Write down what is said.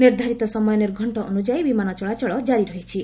ନିର୍ଦ୍ଧାରିତ ସମୟ ନିର୍ଘେଣ୍ଟ ଅନୁଯାୟୀ ବିମାନ ଚଳାଚଳ ଜାରି ରହିଛି